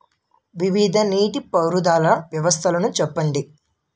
వివిధ నీటి పారుదల వ్యవస్థలను చెప్పండి?